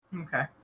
Okay